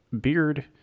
beard